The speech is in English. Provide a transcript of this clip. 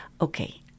okay